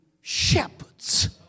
shepherds